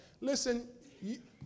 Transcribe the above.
Listen